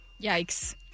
Yikes